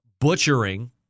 butchering